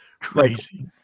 Crazy